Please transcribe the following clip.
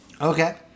Okay